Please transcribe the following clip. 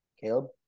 Caleb